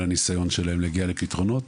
על הניסיון שלהם להגיע לפתרונות.